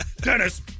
Dennis